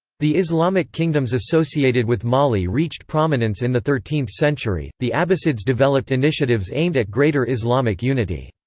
the islamic kingdoms associated with mali reached prominence in the thirteenth century the abbasids developed initiatives aimed at greater islamic unity.